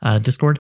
Discord